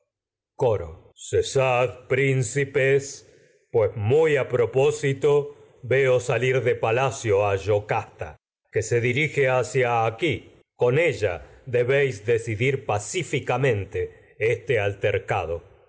cesad a principes pues muy a propósito veo palacio yocasta que se dirige hacia aquí con ella debéis decidir pacíficamente este altercado